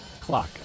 clock